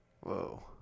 Whoa